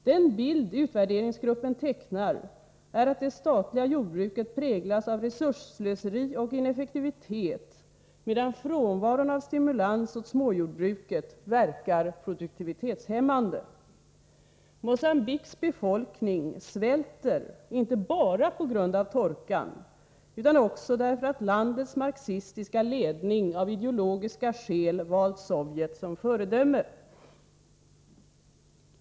Den bild utvärderingsgruppen tecknar är att det statliga jordbruket präglas av resursslöseri och ineffektivitet, medan frånvaron av stimulans åt småjordbruket verkar produktivitetshämmande. Mogambiques befolkning svälter inte bara på grund av torkan utan också därför att landets marxistiska ledning av ideologiska skäl valt Sovjet som föredöme.